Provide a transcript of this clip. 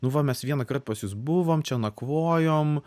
nu va mes vienąkart pas jus buvom čia nakvojom